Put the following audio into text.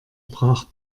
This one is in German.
brach